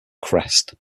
crest